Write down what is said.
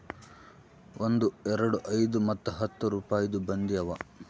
ಒಂದ್, ಎರಡು, ಐಯ್ದ ಮತ್ತ ಹತ್ತ್ ರುಪಾಯಿದು ಬಂದಿ ಅವಾ